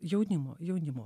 jaunimo jaunimo